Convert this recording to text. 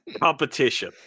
Competition